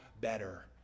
better